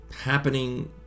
happening